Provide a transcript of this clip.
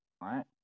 right